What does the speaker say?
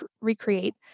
recreate